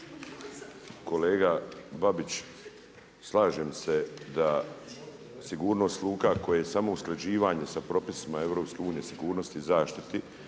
Kolega Babić, slažem se da sigurnost luka koje je samo usklađivanje sa propisima EU sigurnost i zaštiti,